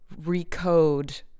recode